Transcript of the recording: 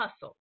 hustle